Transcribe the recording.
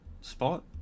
spot